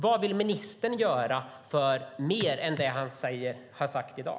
Vad vill ministern göra mer än det han har sagt i dag?